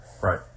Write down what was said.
Right